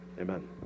Amen